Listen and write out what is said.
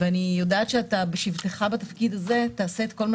אני יודעת שבשבתך בתפקיד הזה אתה תעשה את כל מה